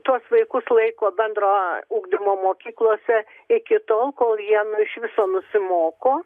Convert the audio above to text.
tuos vaikus laiko bendrojo ugdymo mokyklose iki tol kol jie iš viso nusimoko